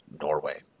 Norway